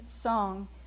song